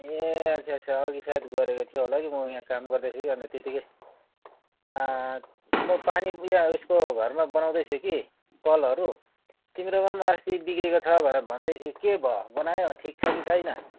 ए अच्छा अच्छा अघि सायद गरेको थियो होला कि म यहाँ काम गर्दै थिएँ कि अन्त त्यतिकै म पानी यहाँ उसको घरमा बनाउँदै थिएँ कि कलहरू तिम्रोमा पनि अस्ति बिग्रेको छ भन्दै थियो के भयो बनायो ठीक छ कि छैन